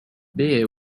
beer